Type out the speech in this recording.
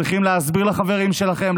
צריכים להסביר לחברים שלכם,